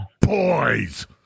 boys